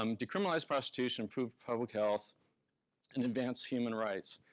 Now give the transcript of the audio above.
um decriminalized prostitution improved public health and advanced human rights.